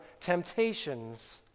temptations